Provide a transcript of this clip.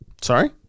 sorry